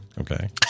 Okay